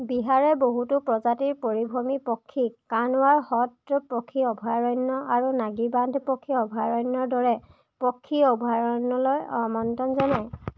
বিহাৰে বহুতো প্ৰজাতিৰ পৰিভ্ৰমী পক্ষীক কানৱাৰ হ্ৰদ পক্ষী অভয়াৰণ্য আৰু নাগী বান্ধ পক্ষী অভয়াৰণ্যৰ দৰে পক্ষী অভয়াৰণ্যলৈ আমন্ত্ৰণ জনাই